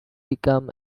become